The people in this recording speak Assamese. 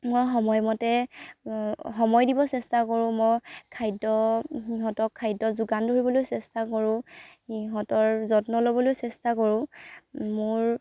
মই সময় মতে সময় দিব চেষ্টা কৰোঁ মই খাদ্য় সিহঁতক খাদ্য়ৰ যোগান ধৰিবলৈ চেষ্টা কৰোঁ সিহঁতৰ যত্ন ল'বলৈও চেষ্টা কৰোঁ মোৰ